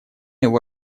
его